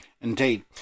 Indeed